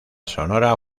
sonora